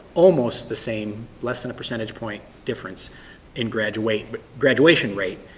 almost the same, less than a percentage point difference in graduation but graduation rate.